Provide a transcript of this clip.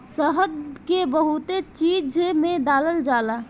शहद के बहुते चीज में डालल जाला